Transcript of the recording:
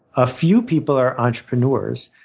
a few people are entrepreneurs,